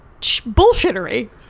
bullshittery